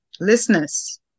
Listeners